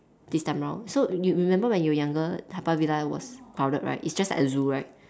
this time round so you remember when you were younger Haw Par Villa was crowded right it's just like a zoo right